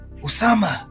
Usama